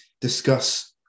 discuss